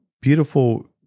beautiful